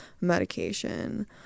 medication